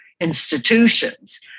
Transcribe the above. institutions